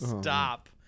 Stop